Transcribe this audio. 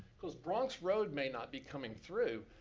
cause bronx road may not be coming through,